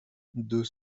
deux